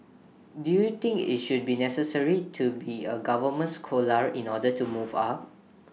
do you think IT should be necessary to be A government scholar in order to move up